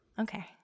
Okay